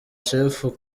shefu